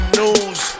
news